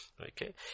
Okay